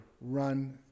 run